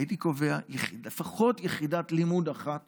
הייתי קובע לפחות יחידת לימוד אחת